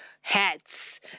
hats